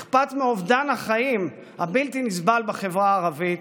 אכפת מאובדן החיים הבלתי נסבל בחברה הערבית,